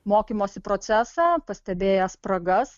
mokymosi procesą pastebėję spragas